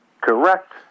Correct